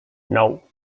nou